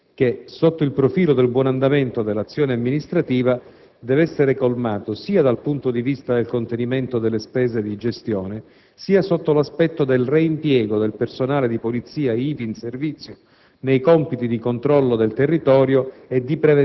Si tratta di un divario davvero consistente che, sotto il profilo del buon andamento dell'azione amministrativa, deve essere colmato sia dal punto di vista del contenimento delle spese di gestione, sia sotto l'aspetto del reimpiego del personale di polizia ivi in servizio